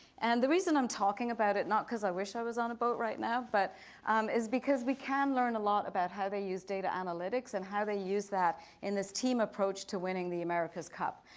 and the reason i'm talking about it not because i wish i was on a boat right now, but is because we can learn a lot about how they use data analytics and how they use that in this team approach to winning the america's cup.